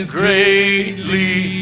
greatly